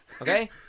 Okay